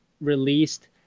released